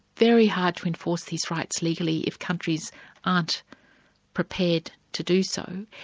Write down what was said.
very hard to enforce these rights legally if countries aren't prepared to do so.